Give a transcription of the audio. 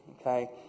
okay